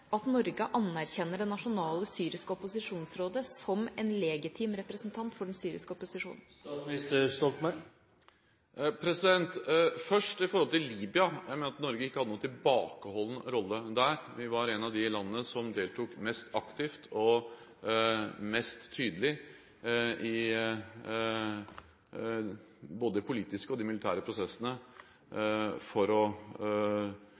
den syriske opposisjonen? Først til Libya: Jeg mener at Norge ikke hadde noen tilbakeholdende rolle der. Vi var et av de landene som deltok mest aktivt og var mest tydelig både i de politiske og i de militære prosessene for å